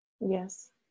Yes